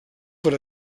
per